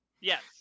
Yes